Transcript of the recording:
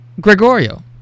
Gregorio